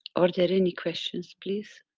are there any questions please?